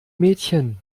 mädchen